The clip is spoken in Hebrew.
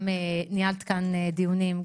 גם ניהלת כאן דיונים,